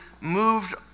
moved